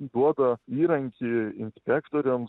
duoda įrankį inspektoriams